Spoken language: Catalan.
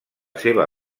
seva